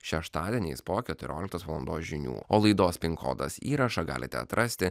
šeštadieniais po keturioliktos valandos žinių o laidos pink kodas įrašą galite atrasti